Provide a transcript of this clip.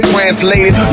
Translated